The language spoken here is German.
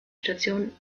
station